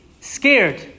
scared